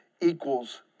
equals